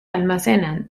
almacenan